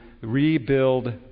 rebuild